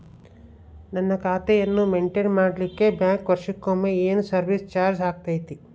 ನನ್ನ ಖಾತೆಯನ್ನು ಮೆಂಟೇನ್ ಮಾಡಿಲಿಕ್ಕೆ ಬ್ಯಾಂಕ್ ವರ್ಷಕೊಮ್ಮೆ ಏನು ಸರ್ವೇಸ್ ಚಾರ್ಜು ಹಾಕತೈತಿ?